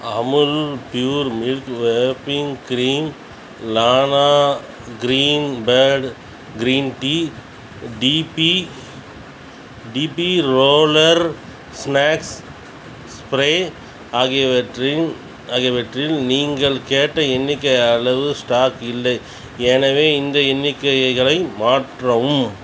Amul pure milk whipping cream லானா Greenbird green tea டிபி டிபி ரோலர் ஸ்நாக்ஸ் ஸ்ப்ரே ஆகியவற்றின் ஆகியவற்றில் நீங்கள் கேட்ட எண்ணிக்கை அளவு ஸ்டாக் இல்லை எனவே இந்த எண்ணிக்கைகளை மாற்றவும்